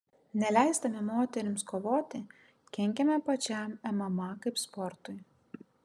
neleisdami moterims kovoti kenkiame pačiam mma kaip sportui